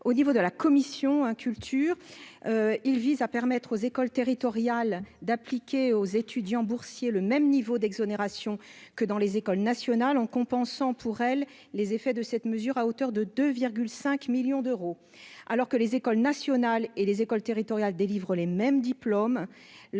au niveau de la commission culture, il vise à permettre aux écoles territoriale d'appliquer aux étudiants boursiers, le même niveau d'exonérations que dans les écoles nationales en compensant pour elle, les effets de cette mesure, à hauteur de 2 5 millions d'euros, alors que les écoles nationales et les écoles territoriale délivrent les mêmes diplômes